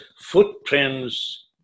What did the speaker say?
Footprints